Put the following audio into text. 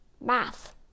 math